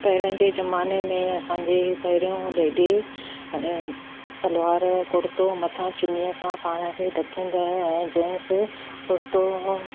पहिरियें जे ज़माने में असांजे पहिरियो लेडीज़ ऐं सलवार ऐं कुर्तो मथां चुनीअ सां पाण खे ढकींदा ऐं जींस कुर्तो ऐं